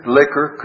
liquor